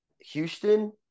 Houston